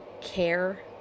care